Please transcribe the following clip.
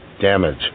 damage